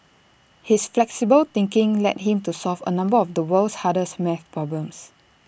his flexible thinking led him to solve A number of the world's hardest math problems